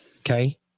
Okay